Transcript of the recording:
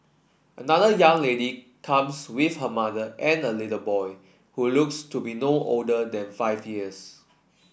another young lady comes with her mother and a little boy who looks to be no older than five years